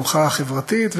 במחאה החברתית,